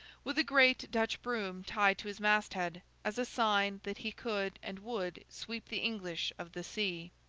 with a great dutch broom tied to his masthead, as a sign that he could and would sweep the english of the sea!